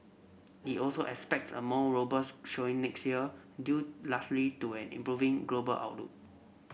it also expects a more robust showing next year due largely to an improving global outlook